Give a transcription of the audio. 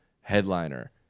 headliner